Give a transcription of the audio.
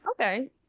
Okay